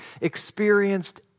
experienced